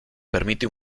permite